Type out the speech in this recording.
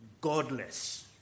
godless